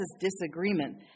disagreement